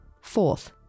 fourth